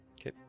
okay